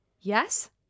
yes